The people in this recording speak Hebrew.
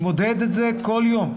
אני מודד את זה כל יום.